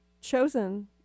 chosen